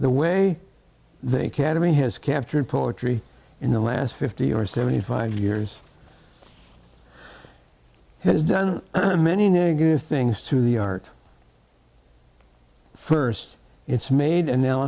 the way they cademy has captured poetry in the last fifty or seventy five years has done many negative things to the art first it's made